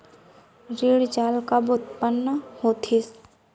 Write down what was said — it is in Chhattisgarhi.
ऋण जाल कब उत्पन्न होतिस?